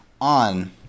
on